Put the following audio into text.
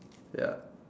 yeah